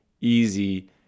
easy